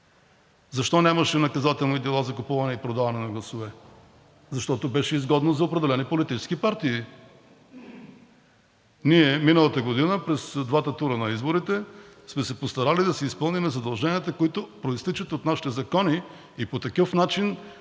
защо нямаше наказателни дела за купуване и продаване на гласове? Защото беше изгодно за определени политически партии. Ние миналата година през двата тура на изборите сме се постарали да си изпълним задълженията, които произтичат от нашите закони, и по такъв начин